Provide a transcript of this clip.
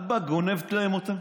ואת באה וגונבת להם אותן?